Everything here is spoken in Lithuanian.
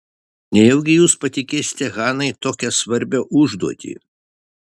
nejaugi jūs patikėsite hanai tokią svarbią užduotį